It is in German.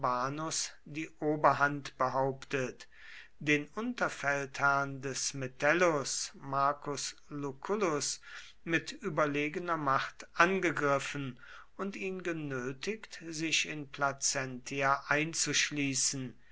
die oberhand behauptet den unterfeldherrn des metellus marcus lucullus mit überlegener macht angegriffen und ihn genötigt sich in placentia einzuschließen